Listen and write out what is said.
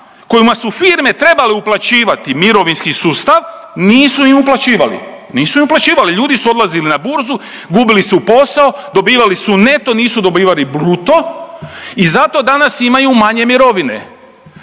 kojima su firme trebale uplaćivati mirovinski sustav nisu im uplaćivali, nisu im uplaćivali, ljudi su odlazili na burzu, gubili su posao, dobivali su neto, nisu dobivali bruto i zato danas imaju manje mirovine,